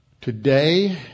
Today